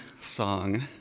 song